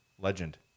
legend